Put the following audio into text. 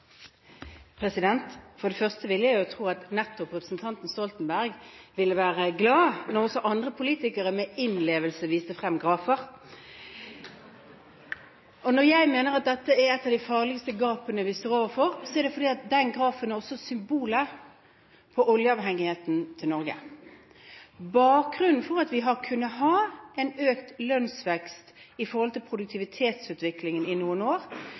Jeg vil tro at nettopp representanten Stoltenberg ville være glad når også andre politikere – med innlevelse – viste frem grafer. Når jeg mener at dette er et av de farligste gapene vi står overfor, er det fordi grafen er symbolet på oljeavhengigheten til Norge. Bakgrunnen for at vi har kunnet ha en økt lønnsvekst i forhold til produktivitetsutviklingen i noen år,